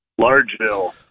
Largeville